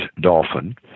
dolphin